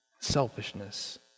selfishness